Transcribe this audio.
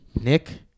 Nick